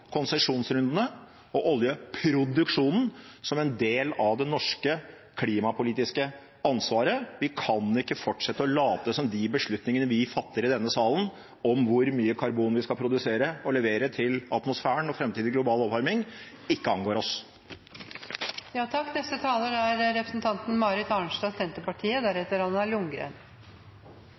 konsesjonsrundene og oljeproduksjonen som en del av det norske klimapolitiske ansvaret. Vi kan ikke fortsette å late som om de beslutningene vi fatter i denne salen om hvor mye karbon vi skal produsere og levere til atmosfæren og til framtidig global oppvarming, ikke angår oss.